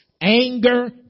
anger